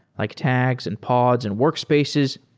like tags, and pods, and workspaces,